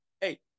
hey